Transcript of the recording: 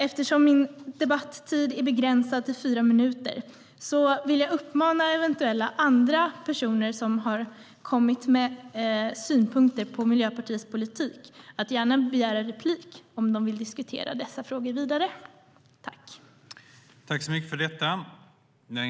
Eftersom min talartid är begränsad till fyra minuter vill jag uppmana eventuella andra personer som har kommit med synpunkter på Miljöpartiets politik att begära replik om de vill diskutera dessa frågor vidare. Överläggningen var härmed avslutad.